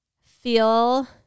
feel